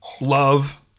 love